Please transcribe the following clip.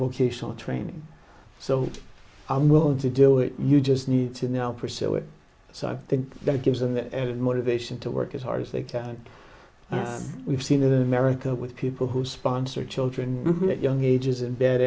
vocation training so i'm willing to do it you just need to know pursue it so i think that gives them the motivation to work as hard as they can and we've seen in the america with people who sponsor children at young ages